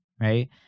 right